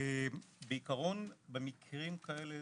בעיקרון, במקרים כאלה,